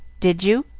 did you?